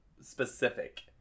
specific